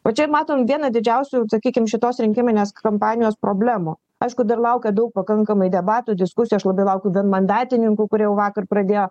o čia matom vieną didžiausių sakykim šitos rinkiminės kampanijos problemų aišku dar laukia daug pakankamai debatų diskusijų aš labai laukiu vienmandatininkų kurie jau vakar pradėjo